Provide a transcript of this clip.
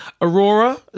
Aurora